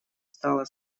стала